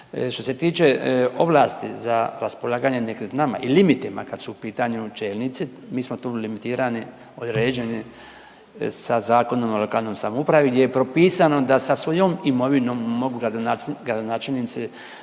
Što se tiče ovlasti za raspolaganje nekretninama i limitima kad su u pitanju čelnici, mi smo tu limitirani, određeni sa Zakonom o lokalnoj samoupravi gdje je propisano da sa svojom imovinom mogu gradonačelnici